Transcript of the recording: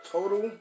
Total